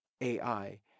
AI